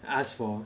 ask for